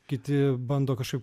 kiti bando kažkaip